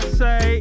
say